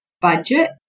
budget